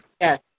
Yes